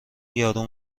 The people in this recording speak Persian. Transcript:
یارو